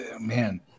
man